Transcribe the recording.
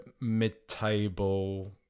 mid-table